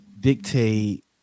dictate